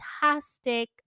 fantastic